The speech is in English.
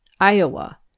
Iowa